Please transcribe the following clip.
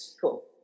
Cool